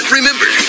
Remember